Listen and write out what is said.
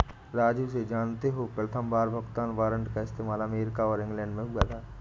राजू से जानते हो प्रथमबार भुगतान वारंट का इस्तेमाल अमेरिका और इंग्लैंड में हुआ था